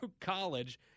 College